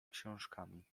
książkami